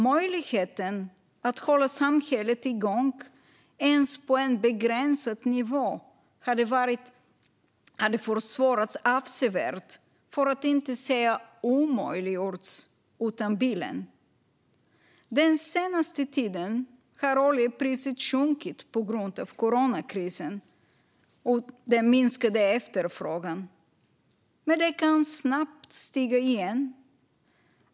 Möjligheten att hålla samhället igång ens på en begränsad nivå hade försvårats avsevärt, för att inte säga omöjliggjorts, utan bilen. Den senaste tiden har oljepriset sjunkit på grund av coronakrisen och den minskade efterfrågan. Men det kan snabbt stiga igen.